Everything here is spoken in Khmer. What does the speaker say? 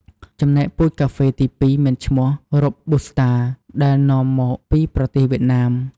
ចំណែក ពូជកាហ្វេទីពីរមានឈ្មោះ Robusta ដែលនាំមកពីប្រទេសវៀតណាម។